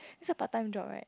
it's a part time job right